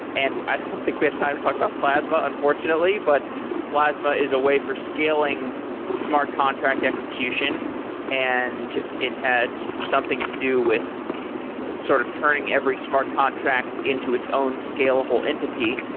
and i don't think we have time to talk about plasma, unfortunately. but plasma is a way for scaling smart contract execution and it has something to do with sort of turning every smart contract into its own scalable entity.